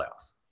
playoffs